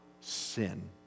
sin